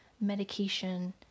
medication